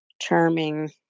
charming